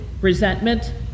resentment